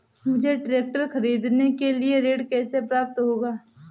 मुझे ट्रैक्टर खरीदने के लिए ऋण कैसे प्राप्त होगा?